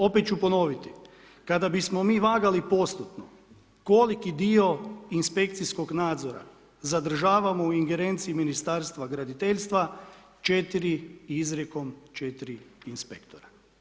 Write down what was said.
Opet ću ponoviti, kada bismo mi vagali postupno, koliki dio inspekcijskog nadzora zadržavamo u ingerenciji Ministarstva graditeljstva, 4 izrijekom, 4 inspektora.